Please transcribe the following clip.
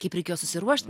kaip reikėjo susiruošt